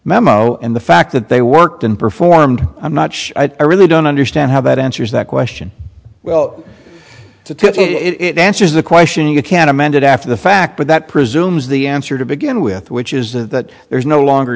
memo and the fact that they worked and performed i'm not sure i really don't understand how that answers that question well it answers the question you can't amend it after the fact but that presumes the answer to begin with which is that there is no longer